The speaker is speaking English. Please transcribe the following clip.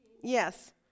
Yes